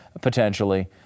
potentially